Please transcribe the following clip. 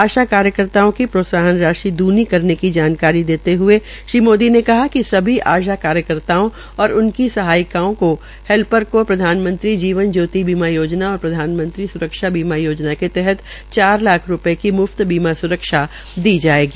आशा कार्यकर्ताओं भी प्रोत्साहन राशि दूनी करने की जानकारी देते हए श्री मोदी ने कहा कि सभी आशा वर्कर कार्यकर्ताओं और उनकी सहायिकाओं हैल्पर को प्रधानमंत्री जीवन ज्योति बीमा योजना और प्रधानमंत्री सुरक्षा योजना के तहत चार लाख रूपये की मुफ्त बीमा सुरक्षा दी जायेगी